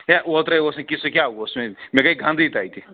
ہے اوترَے اوس نہٕ کیٚنٛہہ سُہ کیٛاہ اوس سُہ نَے مےٚ گٔے گَنٛدٕے تَتہِ